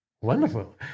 Wonderful